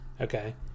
okay